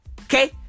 Okay